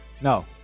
No